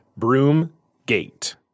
Broomgate